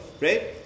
Right